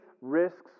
risks